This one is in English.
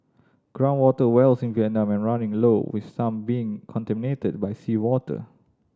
ground water wells in Vietnam are running low with some being contaminated by seawater